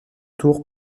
tour